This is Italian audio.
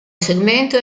segmento